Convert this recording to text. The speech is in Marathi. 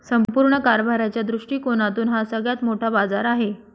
संपूर्ण कारभाराच्या दृष्टिकोनातून हा सगळ्यात मोठा बाजार आहे